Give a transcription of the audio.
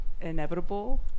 inevitable